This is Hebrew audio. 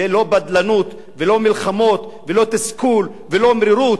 ולא בדלנות ולא מלחמות ולא תסכול ולא מרירות.